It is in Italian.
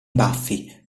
baffi